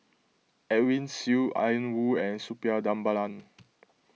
Edwin Siew Ian Woo and Suppiah Dhanabalan